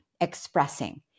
expressing